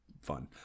Fun